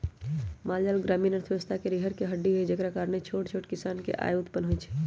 माल जाल ग्रामीण अर्थव्यवस्था के रीरह के हड्डी हई जेकरा कारणे छोट छोट किसान के आय उत्पन होइ छइ